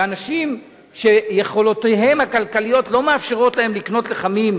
ואנשים שיכולותיהם הכלכליות לא מאפשרות להם לקנות לחמים,